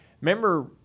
remember